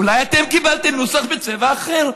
אולי אתם קיבלתם נוסח בצבע אחר.